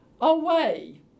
away